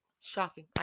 Shocking